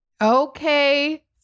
Okay